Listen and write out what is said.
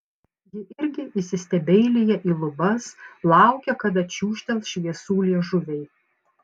ji irgi įsistebeilija į lubas laukia kada čiūžtels šviesų liežuviai